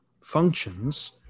functions